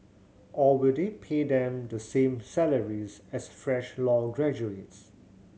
or will they pay them the same salaries as fresh law graduates